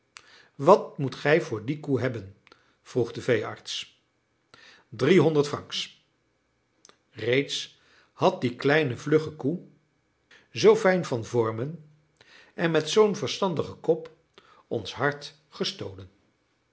wat moet gij voor die koe hebben vroeg de veearts drie honderd francs reeds had die kleine vlugge koe zoo fijn van vormen en met zoo'n verstandigen kop ons hart gestolen